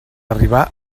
arribar